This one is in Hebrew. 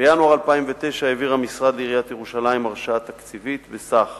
בינואר 2009 העביר המשרד לעיריית ירושלים הרשאה תקציבית בסך